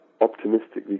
optimistically